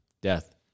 death